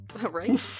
Right